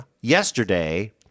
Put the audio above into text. yesterday